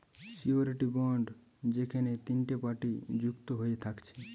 surety bond যেখেনে তিনটে party যুক্ত হয়ে থাকছে